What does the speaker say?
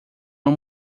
uma